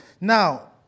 Now